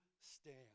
stand